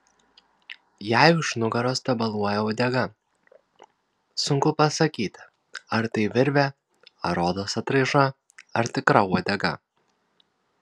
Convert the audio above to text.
jai už nugaros tabaluoja uodega sunku pasakyti ar tai virvė ar odos atraiža ar tikra uodega